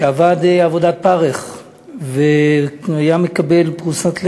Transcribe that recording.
שעבד עבודת פרך והיה מקבל פרוסת לחם,